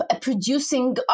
producing